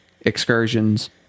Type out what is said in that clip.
excursions